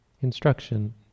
instruction